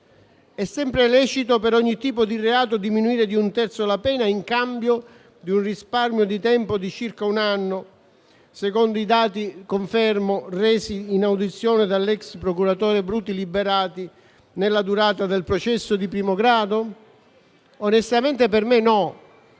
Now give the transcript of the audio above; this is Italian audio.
È sempre lecito per ogni tipo di reato diminuire di un terzo la pena in cambio di un risparmio di tempo di circa un anno, secondo i dati resi in audizione dall'ex procuratore Bruti Liberati, nella durata del processo di primo grado? Onestamente, per me no.